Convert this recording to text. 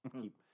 keep